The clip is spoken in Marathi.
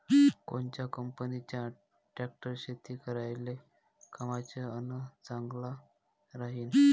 कोनच्या कंपनीचा ट्रॅक्टर शेती करायले कामाचे अन चांगला राहीनं?